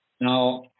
Now